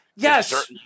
Yes